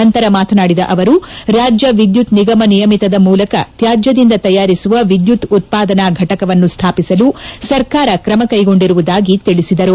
ನಂತರ ಮಾತನಾಡಿದ ಅವರು ರಾಜ್ಯ ವಿದ್ಯುತ್ ನಿಗಮ ನಿಯಮಿತದ ಮೂಲಕ ತ್ಯಾಜ್ಯದಿಂದ ತಯಾರಿಸುವ ವಿದ್ಯುತ್ ಉತ್ಪಾದನಾ ಘಟಕವನ್ನು ಸ್ವಾಪಸಲು ಸರ್ಕಾರ ಕ್ರಮ ಕೈಗೊಂಡಿರುವುದಾಗಿ ತಿಳಿಸಿದರು